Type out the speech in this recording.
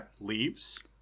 Leaves